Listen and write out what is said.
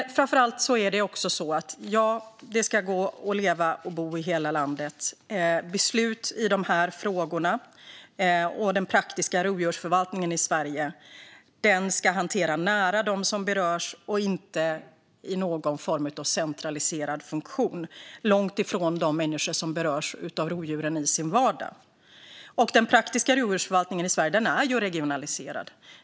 Det ska gå att leva och bo i hela landet. Beslut i dessa frågor - och den praktiska rovdjursförvaltningen i Sverige - ska hanteras nära dem som berörs och inte i någon form av centraliserad funktion långt ifrån de människor som berörs av rovdjuren i sin vardag. Den praktiska rovdjursförvaltningen i Sverige är ju regionaliserad.